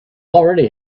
already